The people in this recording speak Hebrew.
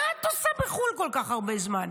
מה את עושה בחו"ל כל כך הרבה זמן?